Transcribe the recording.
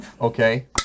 okay